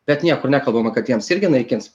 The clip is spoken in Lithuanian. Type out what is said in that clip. bet niekur nekalbama kad jiems irgi naikins